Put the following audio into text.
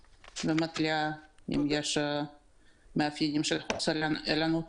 ומתריעה אם יש מאפיינים של חוסר ערנות.